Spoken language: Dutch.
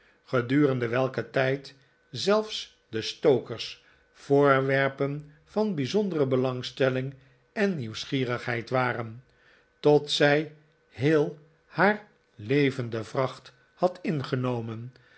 gedurende welken tijd zelfs de stokers voorwerpen van bijzondere belangstelling en nieuwsgierigheid waren tot zij heel haar levende vracht had ingenomen